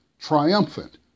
triumphant